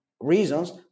reasons